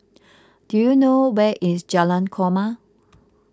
do you know where is Jalan Korma